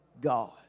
God